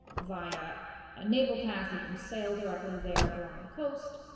via a naval path, you can sail directly there along the coast,